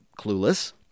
clueless